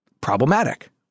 problematic